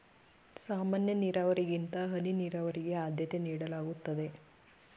ಸಾಮಾನ್ಯ ನೀರಾವರಿಗಿಂತ ಹನಿ ನೀರಾವರಿಗೆ ಆದ್ಯತೆ ನೀಡಲಾಗುತ್ತದೆ